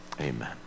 Amen